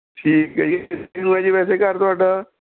ਠੀਕ ਹੈ ਜੀ ਵੈਸੇ ਘਰ ਤੁਹਾਡਾ